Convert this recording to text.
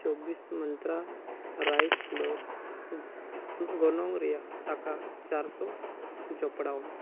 ᱪᱚᱵᱤᱥ ᱢᱚᱱᱛᱨᱟ rice flour ᱜᱚᱱᱚᱝ ᱨᱮᱭᱟᱜ ᱴᱟᱠᱟ ᱪᱟᱨᱥᱚ ᱡᱚᱯᱲᱟᱣ ᱢᱮ